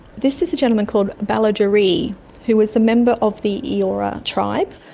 this is a gentleman called balloderree who was a member of the eora tribe.